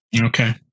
Okay